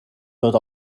tot